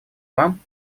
вам